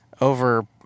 over